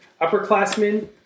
Upperclassmen